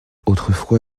autrefois